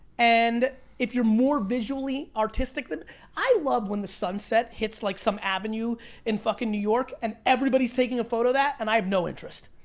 and if you're more visually artistic, then i love when the sunset hits like some avenue in fucking new york, and everybody's taking a photo of that, and i have no interest.